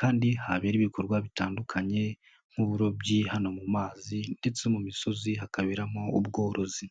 kandi habera ibikorwa bitandukanye nk'uburobyi hano mu mazi ndetse no mu misozi hakaberamo ubworozi.